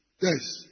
Yes